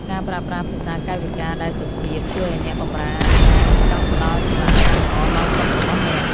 ការប្រើប្រាស់ភាសាកាយវិការដែលសុភាព ជួយឱ្យអ្នកបម្រើអាហារចង់ផ្ដល់សេវាកម្មល្អដល់តុរបស់អ្នក។